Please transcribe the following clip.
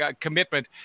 commitment